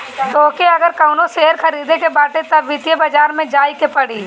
तोहके अगर कवनो शेयर खरीदे के बाटे तअ वित्तीय बाजार में जाए के पड़ी